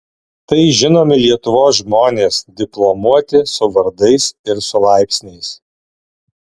tai žinomi lietuvos žmonės diplomuoti su vardais ir su laipsniais